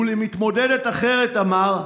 ולמתמודדת אחרת אמר: